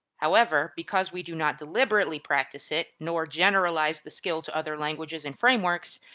however, because we do not deliberately practice it nor generalize the skill to other languages and frameworks,